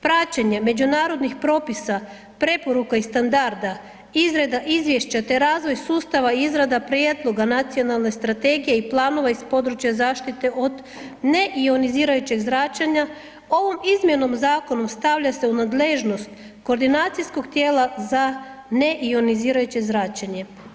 Praćenje međunarodnih propisa, preporuka i standarda, izrada izvješća te razvoj sustava izrada prijedloga nacionalne strategije i planova iz područja zaštite od neionizirajućeg zračenja ovom izmjenom zakona stavlja se u nadležnost koordinacijskog tijela za neionizirajuće zračenje.